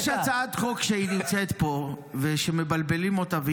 יש הצעת חוק שנמצאת פה ושמבלבלים אותה,